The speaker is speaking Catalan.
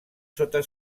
sota